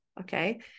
Okay